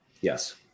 Yes